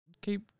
Keep